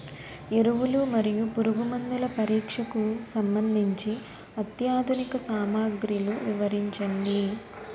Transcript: ఎరువులు మరియు పురుగుమందుల పరీక్షకు సంబంధించి అత్యాధునిక సామగ్రిలు వివరించండి?